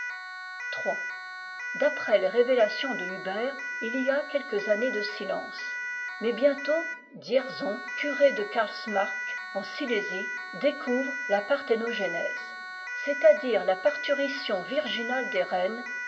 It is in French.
après les révélations de huber il y a quelques années de silence mais bientôt dzierzon curé de carlsmark en silésic découvre la parthéno genèse c'est-à-dire la parturilion virginale des reines